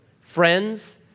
friends